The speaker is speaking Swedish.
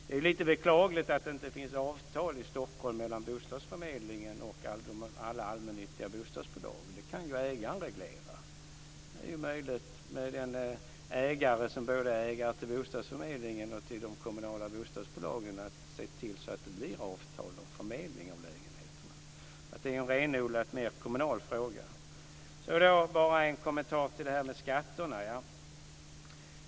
Det är lite beklagligt att det inte finns avtal i Stockholm mellan bostadsförmedlingen och alla allmännyttiga bostadsbolag. Det kan ju ägaren reglera. Det är möjligt för den som är ägare till bostadsförmedlingen och till de kommunala bostadsbolagen att se till att det blir avtal och en förmedling av lägenheterna. Detta är en mer renodlat kommunal fråga. Sedan ska jag ge en kommentar beträffande skatterna.